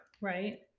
Right